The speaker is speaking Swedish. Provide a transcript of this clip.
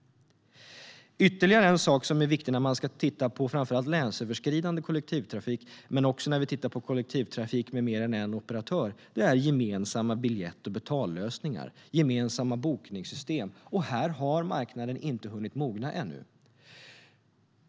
Ytterligare en viktig sak man ska titta på när det gäller framför allt länsöverskridande kollektivtrafik men också kollektivtrafik med mer än en operatör är gemensamma biljett och betallösningar och gemensamma bokningssystem. Här har marknaden inte hunnit mogna ännu.